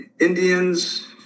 Indians